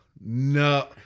no